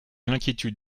l’inquiétude